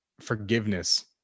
forgiveness